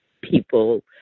people